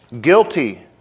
guilty